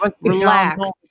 relax